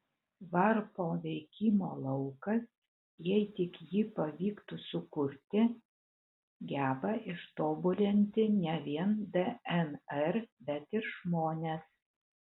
varpo veikimo laukas jei tik jį pavyktų sukurti geba ištobulinti ne vien dnr bet ir žmones